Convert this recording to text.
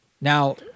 Now